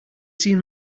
seen